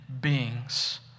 beings